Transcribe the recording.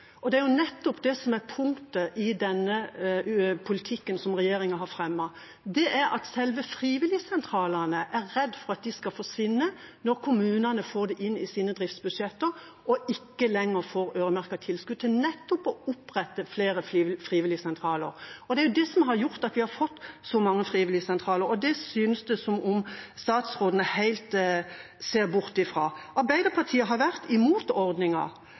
Det er nettopp det som er poenget med den politikken som regjeringa fremmer det at frivilligsentralene er redde for å forsvinne når kommunene får dette inn i sine driftsbudsjetter og ikke lenger får øremerkede tilskudd til å opprette flere frivilligsentraler. Det er det som har gjort at vi har fått så mange frivilligsentraler. Det synes det som om statsråden ser helt bort fra. Arbeiderpartiet har vært imot